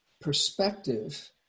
perspective